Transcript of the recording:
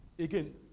Again